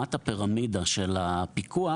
ברמת הפירמידה של הפיקוח